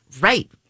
right